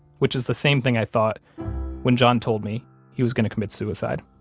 which is the same thing i thought when john told me he was going to commit suicide